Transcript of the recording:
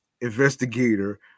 investigator